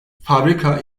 fabrika